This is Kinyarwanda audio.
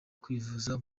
kwivuriza